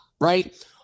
Right